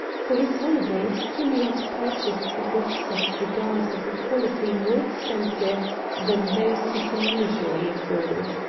for his holiday kinney had purchased a box of cigars of a quality more expensive than those he can usually afford.